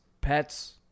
pets